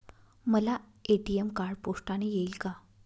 मला ATM card पोस्टाने येईल का?